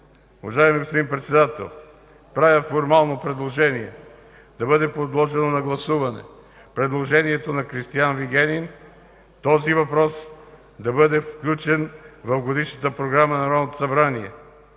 Уважаеми господин Председател, правя формално предложение да бъде подложено на гласуване предложението на Кристиан Вигенин този въпрос да бъде включен в Годишната програма на Народното събрание.